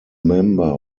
member